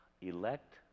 elect